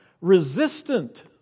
resistant